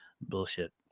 bullshit